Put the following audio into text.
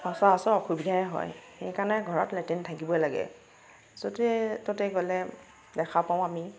সচৰাচৰ অসুবিধাই হয় সেইকাৰণে ঘৰত লেট্ৰিন থাকিবই লাগে য'তে ত'তে গ'লে দেখা পাওঁ আমি